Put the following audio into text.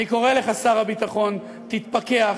אני קורא לך, שר הביטחון: תתפקח.